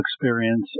experience